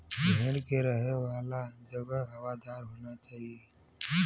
भेड़ के रहे वाला जगह हवादार होना चाही